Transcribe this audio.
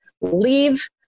leave